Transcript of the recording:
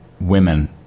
women